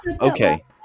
Okay